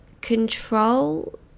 control